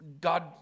God